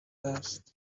است